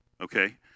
Okay